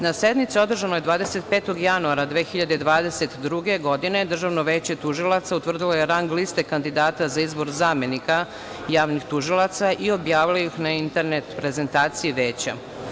Na sednici održanoj 25. januara 2022. godine, Državno veće tužilaca utvrdilo je rang liste kandidata za izbor zamenika javnih tužilaca i objavilo ih na internet prezentaciji Veća.